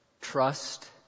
trust